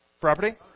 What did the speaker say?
Property